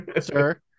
sir